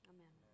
Amen